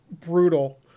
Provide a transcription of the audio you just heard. brutal